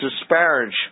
disparage